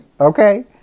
Okay